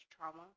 trauma